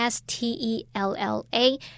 S-T-E-L-L-A